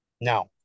Now